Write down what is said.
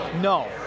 No